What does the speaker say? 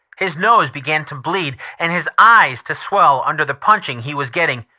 his nose began to bleed and his eyes to swell under the punching he was getting.